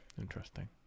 Interesting